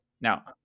Now